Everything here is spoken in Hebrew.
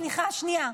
סליחה, שנייה.